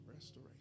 Restoration